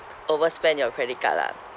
overspend your credit card lah